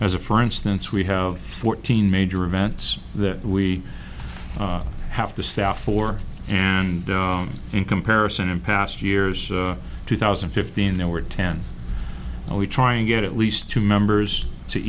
as a for instance we have fourteen major events that we half the staff or and in comparison in past years two thousand and fifteen there were ten and we try and get at least two members to